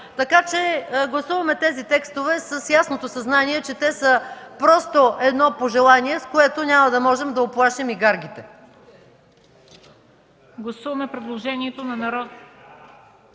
кампания. Гласуваме тези текстове с ясното съзнание, че те са едно пожелание, с което няма да можем да уплашим и гаргите.